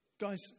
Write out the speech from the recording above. Guys